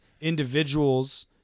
individuals